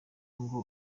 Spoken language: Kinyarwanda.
ngo